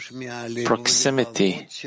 proximity